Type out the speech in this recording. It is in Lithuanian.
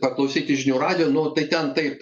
paklausyti žinių radijo nu tai ten taip